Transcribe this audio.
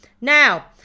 Now